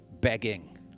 begging